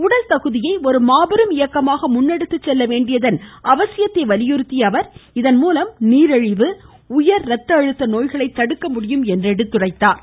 உடல்தகுதியை ஒருமாபெரும் இயக்கமாக முன்னெடுத்துச் செல்லவேண்டியதன் அவசியத்தை வலியுறுத்திய அவர் இதன்மூலம் நீரிழிவு உயர் இரத்தஅழுத்த நோய்களை தடுக்கமுடியும் என்றார்